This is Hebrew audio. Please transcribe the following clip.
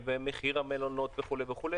מחיר המלונות וכדומה.